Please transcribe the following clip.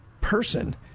person